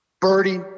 birdie